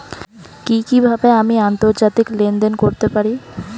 কি কিভাবে আমি আন্তর্জাতিক লেনদেন করতে পারি?